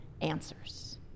answers